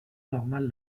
normale